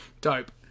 Dope